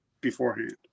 beforehand